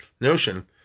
notion